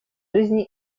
жизни